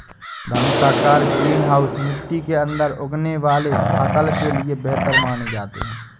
धनुषाकार greenhouse मिट्टी के अंदर उगने वाले फसल के लिए बेहतर माने जाते हैं